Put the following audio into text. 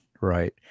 right